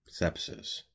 Sepsis